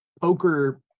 poker